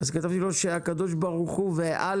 "שירותים אחרים שנתנה הרשות כדין ערב תחילתו של תיקון